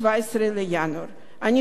אני שוב פונה אליכם,